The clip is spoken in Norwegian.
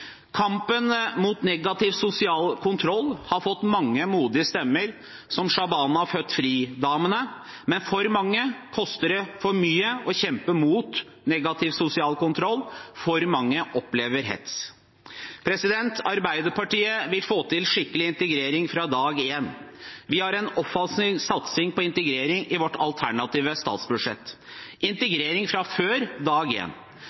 Kampen mot negativ sosial kontroll har fått mange modige stemmer, som Shabana i Født Fri-stiftelsen, men for for mange koster det for mye å kjempe mot negativ sosial kontroll, for mange opplever hets. Arbeiderpartiet vil få til skikkelig integrering fra dag én. Vi har en offensiv satsing på integrering i vårt alternative statsbudsjett – integrering fra før dag